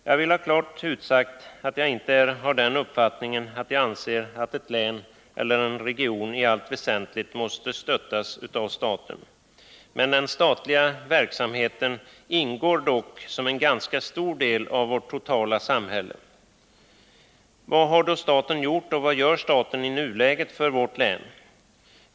Jag vill ha klart utsagt att jag inte är av den uppfattningen att jag anser att ett län eller en region i allt väsentligt måste stöttas av staten. Men den statliga verksamheten ingår dock som en ganska stor del av vårt totala samhälle. Vad har då staten gjort och vad gör staten i nuläget för vårt län?